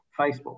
Facebook